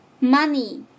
Money